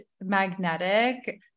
magnetic